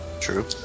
True